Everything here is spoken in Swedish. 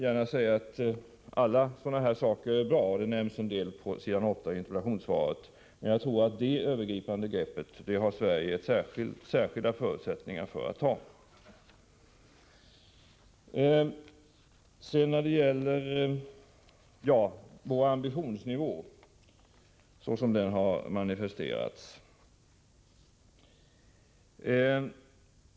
De åtgärder som nämns i slutet av interpellationssvaret tycker jag är bra, men jag tror att Sverige har särskilda förutsättningar för att ta sådana övergripande initiativ som jag nämnt. Så till vår ambitionsnivå, såsom den har manifesterats.